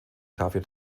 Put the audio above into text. kaffee